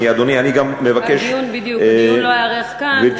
הדיון לא ייערך כאן.